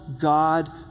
God